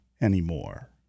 anymore